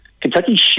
Kentucky